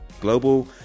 Global